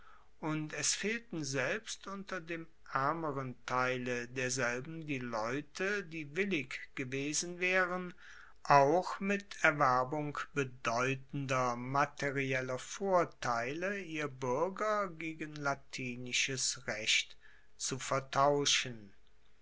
und es fehlten selbst unter dem aermeren teile derselben die leute die willig gewesen waeren auch mit erwerbung bedeutender materieller verteile ihr buerger gegen latinisches recht zu vertauschen